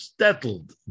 settled